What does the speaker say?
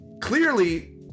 clearly